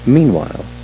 Meanwhile